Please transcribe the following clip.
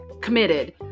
committed